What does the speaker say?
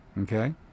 Okay